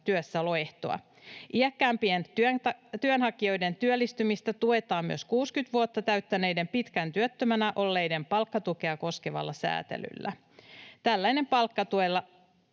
työssäoloehtoa. Iäkkäämpien työnhakijoiden työllistymistä tuetaan myös 60 vuotta täyttäneiden, pitkään työttömänä olleiden palkkatukea koskevalla säätelyllä. Tällainen palkkatuella